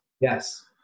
Yes